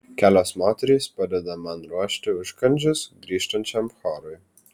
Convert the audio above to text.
kelios moterys padeda man ruošti užkandžius grįžtančiam chorui